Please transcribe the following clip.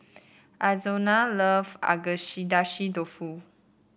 Arizona love dofu